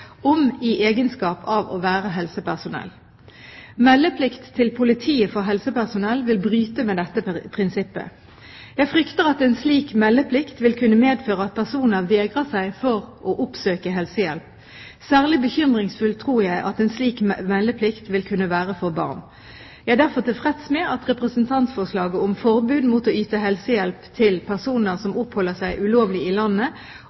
om i egenskap av å være helsepersonell. Meldeplikt til politiet for helsepersonell vil bryte med dette prinsippet. Jeg frykter at en slik meldeplikt vil kunne medføre at personer vegrer seg for å oppsøke helsehjelp. Særlig bekymringsfullt tror jeg en slik meldeplikt vil kunne være for barn. Jeg er derfor tilfreds med at representantforslaget om forbud mot å yte helsehjelp til personer som oppholder seg ulovlig i landet,